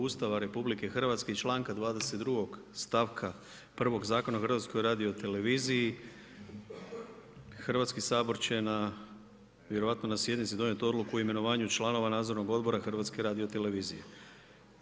Ustava RH i članka 22. stavka 1. Zakona o HRT-u Hrvatski sabor će vjerojatno na sjednici donijeti odluku o imenovanju članova Nadzornog odbora HRT-a.